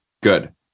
Good